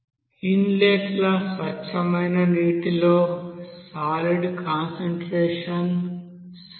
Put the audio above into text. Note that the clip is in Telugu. ఇన్లెట్ స్వచ్ఛమైన నీటిలో సాలిడ్ కాన్సంట్రేషన్ సున్నా